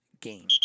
game